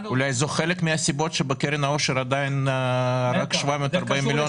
אולי זה חלק מהסיבות שבקרן העושר יש רק 740 מיליון שקלים.